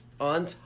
on